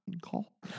call